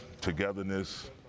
togetherness